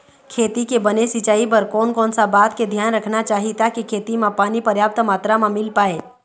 खेती के बने सिचाई बर कोन कौन सा बात के धियान रखना चाही ताकि खेती मा पानी पर्याप्त मात्रा मा मिल पाए?